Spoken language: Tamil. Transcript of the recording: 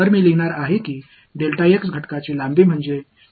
பாதை 1 உடன் என்னுடைய என்ன